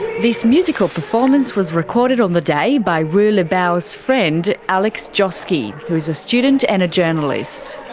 this musical performance was recorded on the day by wu lebao's friend alex joske, who is a student and a journalist.